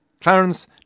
Clarence